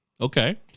Okay